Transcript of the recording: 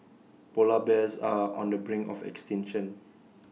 Polar Bears are on the brink of extinction